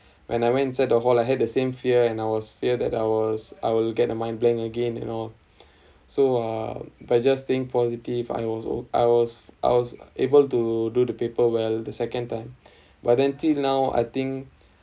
when I went inside the hall I had the same fear and I was fear that I was I will get the mind blank again and all so uh but I just think positive I also I was I was able to do the paper well the second time but then till now I think